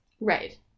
Right